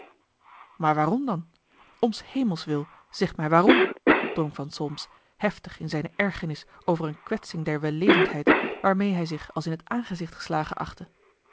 maar waarom dan om s hemels wil zeg mij waarom drong van solms heftig in zijne ergernis over eene kwetsing der wellevendheid waarmeê hij zich als in t aangezicht geslagen achtte